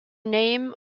name